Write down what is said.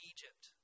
Egypt